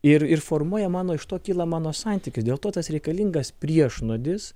ir ir formuoja mano iš to kyla mano santykis dėl to tas reikalingas priešnuodis